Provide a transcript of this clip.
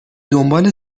دنبال